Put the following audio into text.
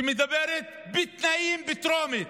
שמדברת על תנאים בטרומית.